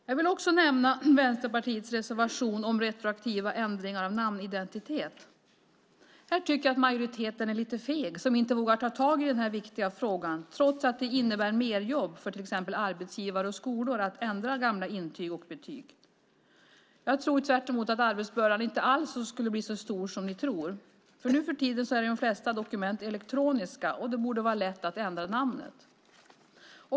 Jag vill också nämna Vänsterpartiets reservation om retroaktiva ändringar av namnidentitet. Här tycker jag att majoriteten är lite feg som inte vågar ta tag i den här viktiga frågan trots att det innebär merjobb för till exempel arbetsgivare och skolor att ändra gamla intyg och betyg. Jag tror tvärtemot majoriteten att arbetsbördan inte alls skulle bli så stor som man tror. Nu för tiden är de flesta dokument elektroniska, och det borde vara lätt att ändra namnet.